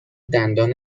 دندان